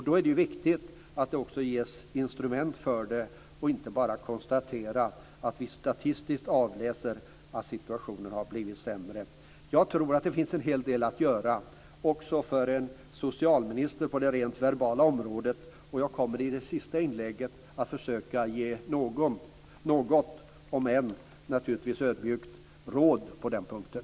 Då är det viktigt att det också ges instrument för det och inte bara konstateras att vi statistiskt avläser att situationen har blivit sämre. Jag tror att det finns en hel del att göra också för en socialminister på det rent verbala området. Jag kommer att i det sista inlägget att försöka ge något, om än naturligtvis ödmjukt, råd på den punkten.